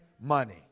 money